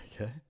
Okay